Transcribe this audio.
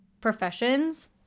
professions